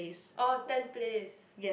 orh ten place